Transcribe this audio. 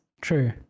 true